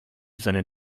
seinen